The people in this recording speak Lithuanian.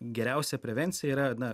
geriausia prevencija yra na